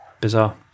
bizarre